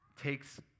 takes